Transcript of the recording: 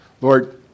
Lord